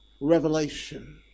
revelation